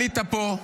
עלית פה,